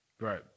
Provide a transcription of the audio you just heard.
Right